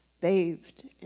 bathed